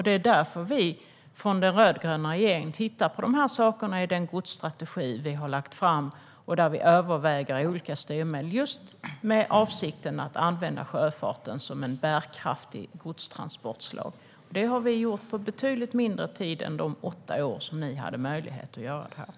Det är därför vi från den rödgröna regeringen tittar på de här sakerna i den godsstrategi vi har lagt fram och överväger olika styrmedel just med avsikten att använda sjöfarten som ett bärkraftigt godstransportslag. Det har vi gjort på betydligt mindre tid än de åtta år som ni hade möjlighet att göra det här på.